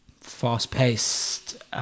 fast-paced